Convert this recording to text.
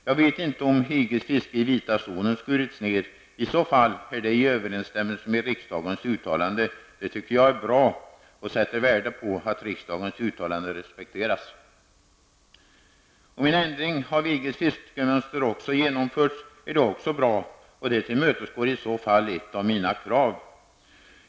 Jag vet inte om EGs fiske i vita zonen skurits ned. I så fall är det i överensstämmelse med riksdagens uttalande. Det tycker jag är bra, och jag sätter värde på att riksdagens uttalande respekteras. Om en ändring av EGs fiskemönster också genomförts är detta också bra, och det tillmötesgår i så fall ett av mina krav.